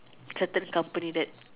certain company that